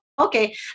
okay